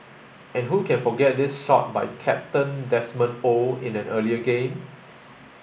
and who can forget this shot by captain Desmond Oh in an earlier game